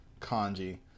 kanji